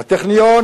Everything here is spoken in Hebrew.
הטכניון,